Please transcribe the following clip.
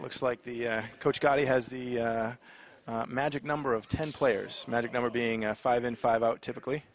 looks like the coach got he has the magic number of ten players magic number being a five in five out typically